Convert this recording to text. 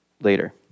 later